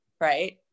right